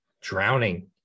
drowning